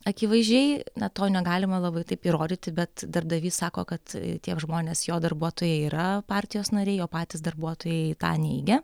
akivaizdžiai na to negalima labai taip įrodyti bet darbdavys sako kad tie žmonės jo darbuotojai yra partijos nariai o patys darbuotojai tą neigia